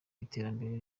iterambere